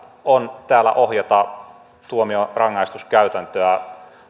on täällä ohjata tuomiorangaistuskäytäntöä